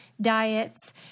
diets